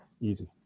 Easy